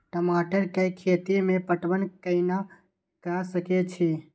टमाटर कै खैती में पटवन कैना क सके छी?